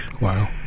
wow